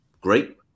great